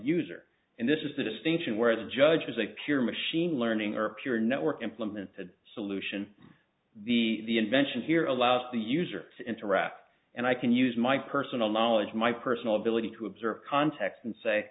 user and this is the distinction where the judge is a pure machine learning or a pure network implemented solution the the invention here allows the user to interact and i can use my personal knowledge my personal ability to observe context and say